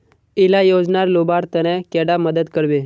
इला योजनार लुबार तने कैडा मदद करबे?